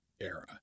era